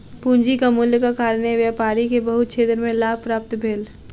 पूंजीक मूल्यक कारणेँ व्यापारी के बहुत क्षेत्र में लाभ प्राप्त भेल